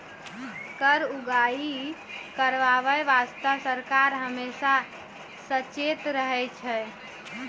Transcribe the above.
कर उगाही करबाय बासतें सरकार हमेसा सचेत रहै छै